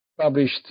published